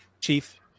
chief